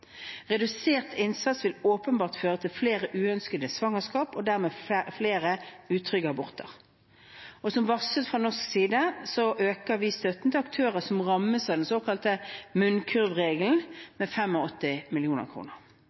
Redusert innsats vil åpenbart føre til flere uønskede svangerskap og dermed flere utrygge aborter. Som varslet fra norsk side øker vi støtten til aktører som rammes av den såkalte munnkurvregelen, med